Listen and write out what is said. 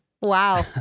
Wow